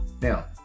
Now